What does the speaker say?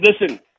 listen